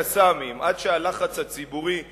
"קסאמים" עד שהלחץ הציבורי הכריע,